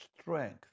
strength